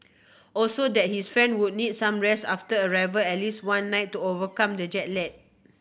also that his friend would need some rest after arrival at least one night to overcome the jet lag